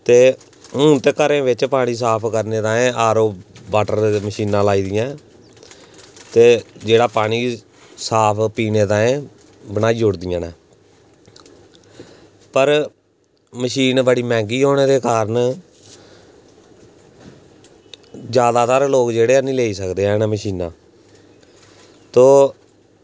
ते हून ते घरें बिच्च पानी साफ करने ताहीं आर ओ बॉटर मशीनां लाई दियां ऐं ते जेह्ड़ा पानी साफ पीने ताहीं बनाई ओड़दियां न पर मशीन बड़ी मैंह्ंगी होने दे कारण जैदातर लोग ऐनी लेई सकदे हैन मशीनां तो